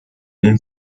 اون